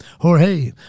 Jorge